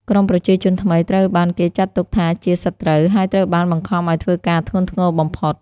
ក្រុមប្រជាជនថ្មីត្រូវបានគេចាត់ទុកថាជា "សត្រូវ" ហើយត្រូវបានបង្ខំឱ្យធ្វើការធ្ងន់ធ្ងរបំផុត។